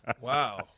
Wow